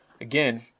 again